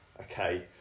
okay